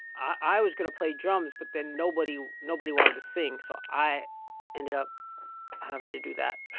i was going to play drums, but then nobody nobody wanted to sing. so i ended up having to do that.